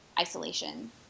isolation